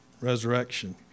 resurrection